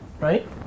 right